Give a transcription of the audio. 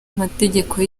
amategeko